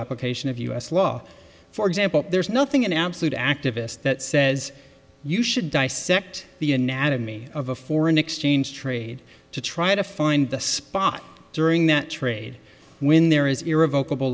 application of u s law for example there's nothing in absolute activist that says you should dissect the anatomy of a foreign exchange trade to try to find the spot during that trade when there is irrevocabl